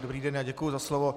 Dobrý den, děkuji za slovo.